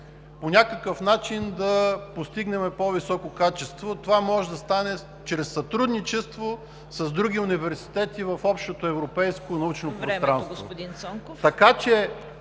по някакъв начин да постигнем по-високо качество. Това може да стане чрез сътрудничество с други университети в общото европейско научно пространство.